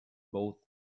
both